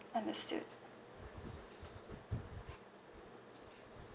understood